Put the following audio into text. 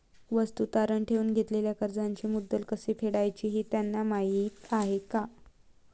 वस्तू तारण ठेवून घेतलेल्या कर्जाचे मुद्दल कसे फेडायचे हे त्यांना माहीत आहे का?